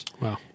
Wow